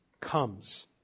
comes